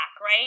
right